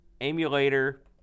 emulator